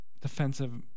defensive